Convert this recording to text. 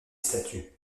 statues